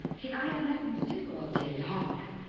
see, i have nothing to do all day long. i.